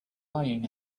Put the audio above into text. lying